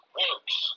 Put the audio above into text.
works